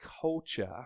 culture